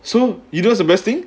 so you know what's the best thing